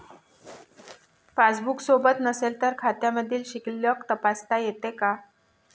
Passbook सोबत नसेल तर खात्यामधील शिल्लक तपासता येते का?